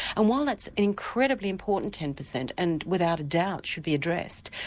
and while that's an incredibly important ten percent and without a doubt should be addressed,